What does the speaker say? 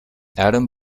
adam